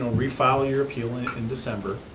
refile your appeal in in december,